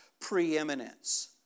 preeminence